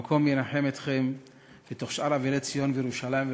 המקום ינחם אתכם בתוך שאר אבלי ציון וירושלים,